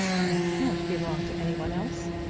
and can't belong to any one else.